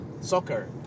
soccer